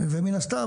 ומן הסתם,